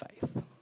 faith